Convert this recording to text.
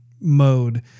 mode